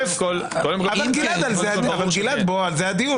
גלעד, על זה הדיון.